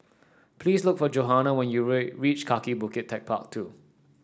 please look for Johannah when you reach Kaki Bukit TechparK Two